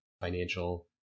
financial